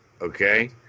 Okay